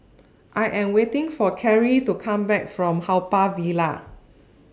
I Am waiting For Keri to Come Back from Haw Par Villa